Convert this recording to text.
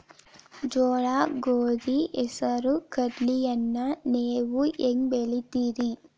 ಜೋಳ, ಗೋಧಿ, ಹೆಸರು, ಕಡ್ಲಿಯನ್ನ ನೇವು ಹೆಂಗ್ ಬೆಳಿತಿರಿ?